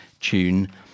tune